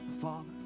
Father